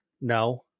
No